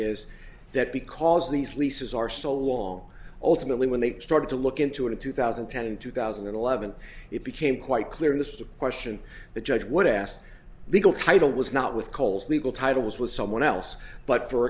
is that because these leases are so long ultimately when they started to look into it in two thousand and ten and two thousand and eleven it became quite clear in this question the judge would ask legal title was not with coles legal titles with someone else but for